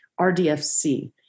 RDFC